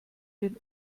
den